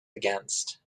against